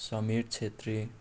Samir Chhetri